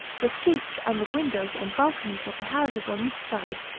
the streets, and the windows and balconies of the houses on each side,